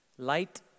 Light